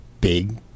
big